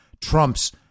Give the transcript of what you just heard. Trump's